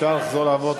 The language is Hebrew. אפשר לחזור לעבוד,